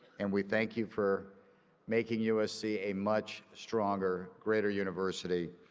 and we thank you for making usc a much stronger, greater university.